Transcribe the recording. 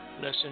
listen